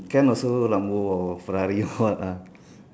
can also lambo or ferrari or what ah